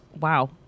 Wow